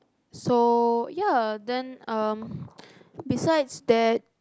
so ya then um besides that